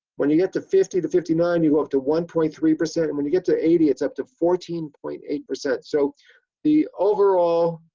when you get to fifty to fifty nine, you're up to one point three percent. and when you get to eighty it's up to fourteen point eight percent so the overall